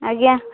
ଆଜ୍ଞା